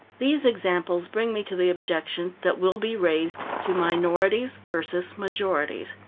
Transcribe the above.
these examples bring me to the objection that will be raised to minorities versus majorities.